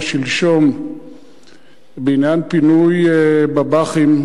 שלשום אצל ראש הממשלה בעניין פינוי בב"חים,